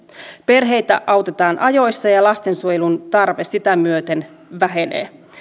perheitä autetaan ajoissa ja lastensuojelun tarve sitä myöten vähenee